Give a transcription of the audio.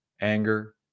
anger